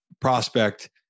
prospect